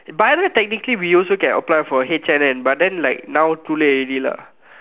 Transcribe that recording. by right technically we also can also apply for H&M but now too late already lah